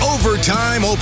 Overtime